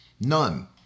None